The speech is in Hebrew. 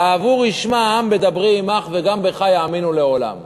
בעבור ישמע העם בדברי עמך וגם בך יאמינו לעולם.